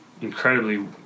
incredibly